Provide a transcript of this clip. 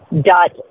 dot